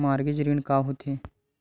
Mortgage ऋण का होथे?